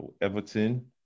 Everton